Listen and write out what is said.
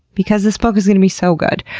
because this book is going to be so good.